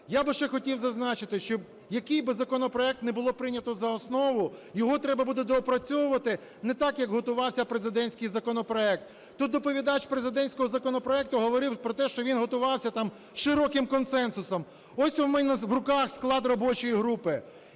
Я би ще хотів зазначити, що який би законопроект не було прийнято за основу, його треба буде доопрацьовувати не так, як готувався президентський законопроект. Тут доповідач президентського законопроекту говорив про те, що він готувався там широким консенсусом. Ось у мене в руках склад робочої групи.